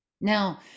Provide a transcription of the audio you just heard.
now